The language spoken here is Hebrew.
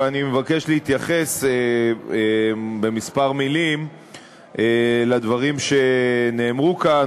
אבל אני מבקש להתייחס בכמה מילים לדבר שנאמרו כאן,